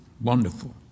Wonderful